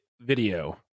video